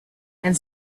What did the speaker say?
and